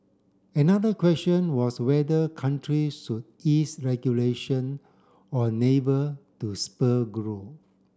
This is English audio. another question was whether countries should ease regulation on labour to spur growth